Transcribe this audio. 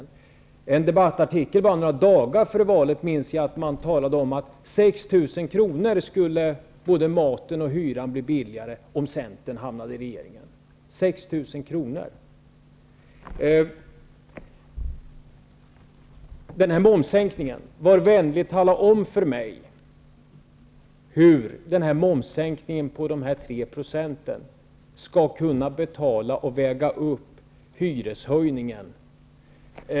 I en debattartikel bara några dagar före valet talade man, minns jag, om att maten och hyran skulle bli 6 000 kr. billigare om Centern hamnade i regeringen. Var vänlig och tala om för mig hur momssänkningen på 3 % skall kunna väga upp hyreshöjningen!